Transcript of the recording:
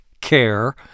care